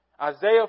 Isaiah